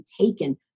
taken